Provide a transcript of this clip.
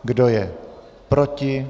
Kdo je proti?